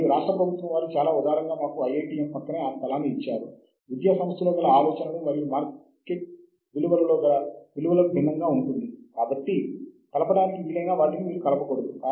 మరియు మనకు మాథ్స్సైనెట్ మరియు కెమికల్ అబ్స్ట్రాక్ట్ సేవలు ఉన్నాయి